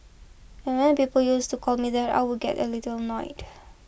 and when people used to call me that I would get a little annoyed